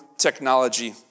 technology